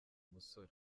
umusore